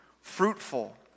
fruitful